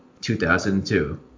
2002